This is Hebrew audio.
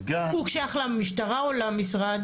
סגן --- הוא שייך למשטרה או למשרד?